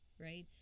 right